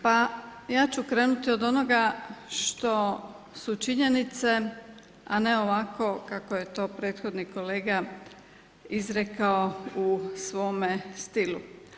Pa ja ću krenuti od onoga što su činjenice a ne ovako kako je to prethodni kolega izrekao u svome stilu.